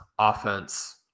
offense